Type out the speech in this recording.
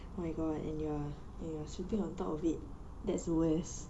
oh my god and you were sleeping on top of it that's worse